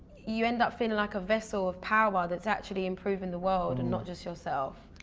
you end up feeling like a vessel of power that's actually improving the world and not just yourself.